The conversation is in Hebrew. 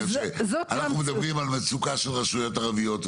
בגלל שאנחנו מדברים על מצוקה של רשויות ערביות,